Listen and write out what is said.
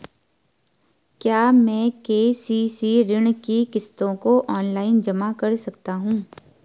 क्या मैं के.सी.सी ऋण की किश्तों को ऑनलाइन जमा कर सकता हूँ?